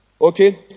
okay